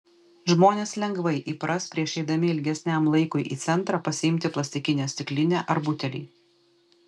žmonės lengvai įpras prieš eidami ilgesniam laikui į centrą pasiimti plastikinę stiklinę ar butelį